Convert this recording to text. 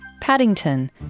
Paddington